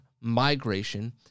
migration